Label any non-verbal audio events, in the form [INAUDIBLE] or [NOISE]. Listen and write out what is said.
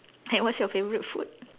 [NOISE] what's your favourite food